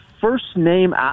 first-name